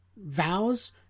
vows